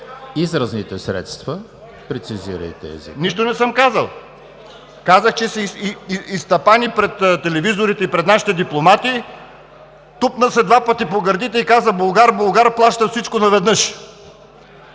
Изразните средства прецизирайте. ТАСКО ЕРМЕНКОВ: Нищо не съм казал. (Реплики.) Казах, че се изтъпани пред телевизорите и пред нашите дипломати, тупна се два пъти по гърдите и каза: „Булгар! Булгар плаща всичко наведнъж!“